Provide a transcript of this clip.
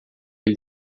ele